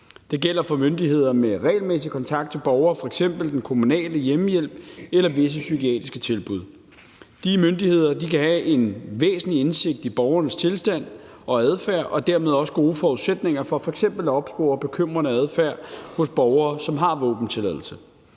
Det gælder for myndigheder med regelmæssig kontakt til borgere, f.eks. den kommunale hjemmehjælp eller visse psykiatriske tilbud. De myndigheder kan have en væsentlig indsigt i borgernes tilstand og adfærd og dermed også gode forudsætninger for f.eks. at opspore bekymrende adfærd hos borgere, som har våbentilladelse.